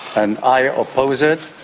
and i oppose it,